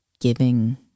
giving